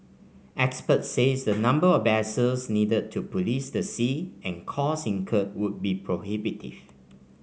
experts say the number of vessels needed to police the seas and costs incurred would be prohibitive